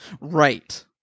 Right